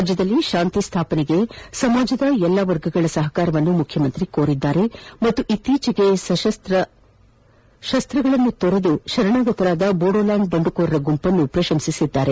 ರಾಜ್ಯದಲ್ಲಿ ಶಾಂತಿ ಸ್ಟಾಪನೆಗೆ ಸಮಾಜದ ಎಲ್ಲ ವರ್ಗಗಳ ಸಹಕಾರವನ್ನು ಮುಖ್ಯಮಂತ್ರಿ ಕೋರಿದ್ದಾರೆ ಮತ್ತು ಇತ್ತೀಚೆಗೆ ಸಶಸ್ತಗಳನ್ನು ತೊರೆದು ಶರಣಾಗತರಾದ ಬೊಡೊಲ್ಡಾಂಡ್ ಬಂಡುಕೋರರ ಗುಂಪನ್ನು ಪ್ರಶಂಸಿಸಿದ್ದಾರೆ